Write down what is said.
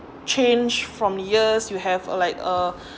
changed from years you have like a